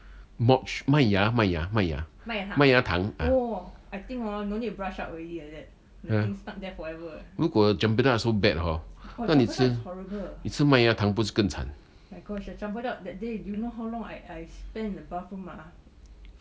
malt 麦芽麦芽麦芽麦芽糖 ah 如果 chempedak so bad hor 那那你吃你吃麦芽糖不是更惨